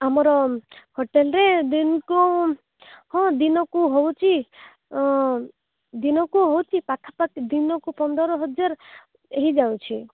ଆମର ହୋଟେଲ୍ରେ ଦିନକୁ ହଁ ଦିନକୁ ହେଉଛି ଦିନକୁ ହେଉଛି ପାଖାପାଖି ଦିନକୁ ପନ୍ଦର ହଜାର ହୋଇଯାଉଛି